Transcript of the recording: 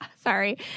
Sorry